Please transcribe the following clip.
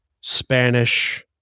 spanish